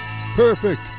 Perfect